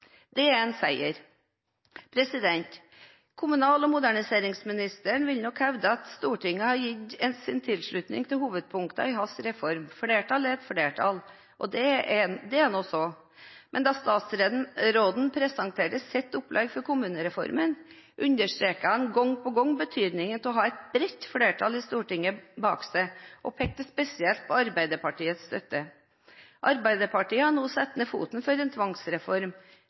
Det er en seier. Kommunal- og moderniseringsministeren vil nok hevde at Stortinget har gitt sin tilslutning til hovedpunkter i hans reform. Flertall er et flertall, det er så. Men da statsråden presenterte sitt opplegg til kommunereformen, understreket han gang på gang betydningen av å ha et bredt flertall i Stortinget bak seg, og han pekte spesielt på Arbeiderpartiets støtte. Arbeiderpartiet har nå satt foten ned for en tvangsreform.